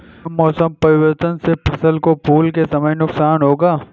क्या मौसम परिवर्तन से फसल को फूल के समय नुकसान होगा?